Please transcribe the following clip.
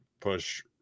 push